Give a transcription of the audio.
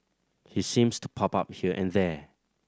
he seems to pop up here and there